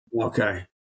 Okay